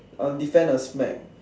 uh defend a smack